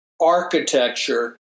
architecture